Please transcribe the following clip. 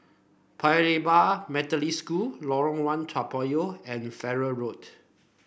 Paya Lebar Methodist School Lorong One Toa Payoh and Farrer Road